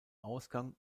ausgang